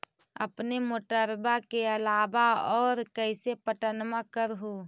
अपने मोटरबा के अलाबा और कैसे पट्टनमा कर हू?